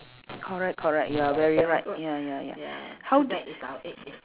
correct correct you are very right ya ya ya how do